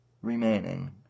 remaining